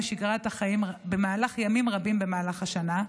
משגרת החיים במהלך ימים רבים במהלך השנה,